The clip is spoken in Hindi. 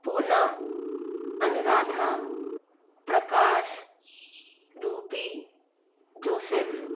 Poonam Anuradha Prakash Ruby Joseph